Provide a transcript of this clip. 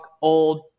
old